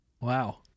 Wow